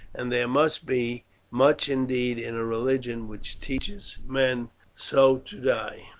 and there must be much indeed in a religion which teaches men so to die.